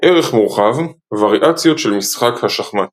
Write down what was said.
ערך מורחב – וריאציות של משחק השחמט